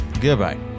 Goodbye